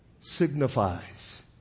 signifies